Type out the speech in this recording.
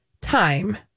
time